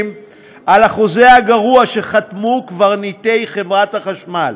על החוזה הגרוע שחתמו קברניטי חברת החשמל,